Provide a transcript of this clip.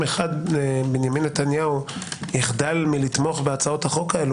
אחד בנימין נתניהו יחדל מלתמוך בהצעות החוק האלה,